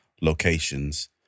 locations